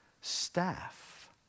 Staff